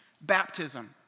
baptism